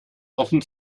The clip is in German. offen